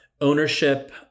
ownership